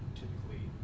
typically